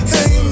Hey